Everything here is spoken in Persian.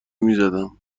میزدم